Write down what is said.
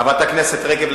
חברת הכנסת רגב,